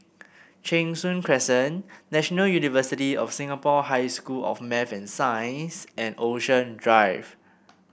Cheng Soon Crescent National University of Singapore High School of Math and Science and Ocean Drive